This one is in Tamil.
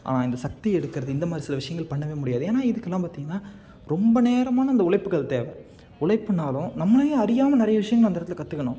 ஆனால் இந்த சக்தி எடுக்கிறது இந்த மாதிரி சில விஷயங்கள் பண்ணவே முடியாது ஏன்னா இதுக்கெலாம் பார்த்திங்கன்னா ரொம்ப நேரமான இந்த உழைப்புகள் தேவை உழைப்புன்னாலும் நம்மளையும் அறியாமல் நிறைய விஷயங்கள் அந்த இடத்துல கற்றுக்கணும்